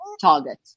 target